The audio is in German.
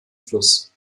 fluss